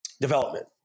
development